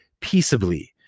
peaceably